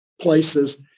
places